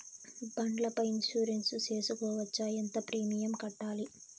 బండ్ల పై ఇన్సూరెన్సు సేసుకోవచ్చా? ఎంత ప్రీమియం కట్టాలి?